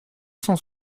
cent